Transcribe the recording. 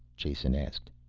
jason asked.